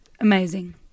amazing